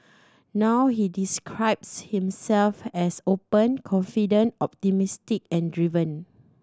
now he describes himself as open confident optimistic and driven